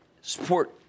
Support